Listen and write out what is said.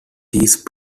these